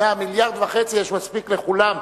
מ-1.5 מיליארד יש מספיק לכולם,